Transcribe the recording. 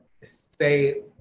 say